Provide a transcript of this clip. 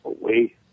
away